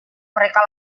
mereka